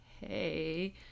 hey